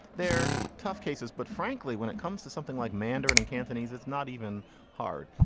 they're tough cases, but frankly, when it comes to something like mandarin and cantonese, it's not even hard.